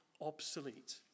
obsolete